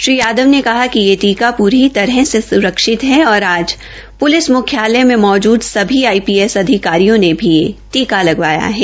श्री यादव ने कहा कि यह टीका पूरी तरह से सुरक्षित है और आज पूलिस मुख्यालय में मौजूद सभी आईपीएस अधिकारियों ने यह टीका लगवाया है